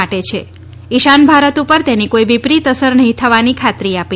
માટે છેઇશાન ભારત ઉપર તેની કોઇ વિપરીત અસર નહિં થવાની ખાતરી આપી